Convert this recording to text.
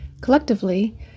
Collectively